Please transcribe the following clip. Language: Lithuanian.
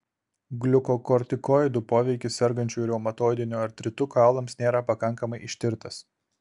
gliukokortikoidų poveikis sergančiųjų reumatoidiniu artritu kaulams nėra pakankamai ištirtas